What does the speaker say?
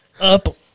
up